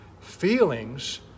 Feelings